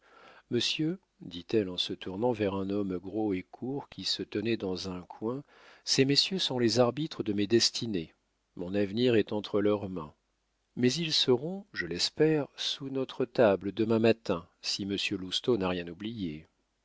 monsieur dit-elle en se tournant vers un homme gros et court qui se tenait dans un coin ces messieurs sont les arbitres de mes destinées mon avenir est entre leurs mains mais ils seront je l'espère sous notre table demain matin si monsieur lousteau n'a rien oublié